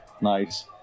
Nice